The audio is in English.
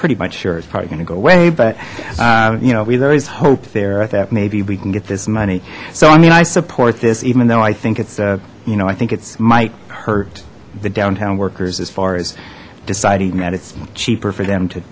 pretty much sure is probably going to go away but you know we always hope there are that maybe we can get this money so i mean i support this even though i think it's a you know i think it's might hurt the downtown workers as far as deciding that it's cheaper for them to